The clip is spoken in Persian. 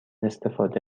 استفاده